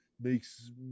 makes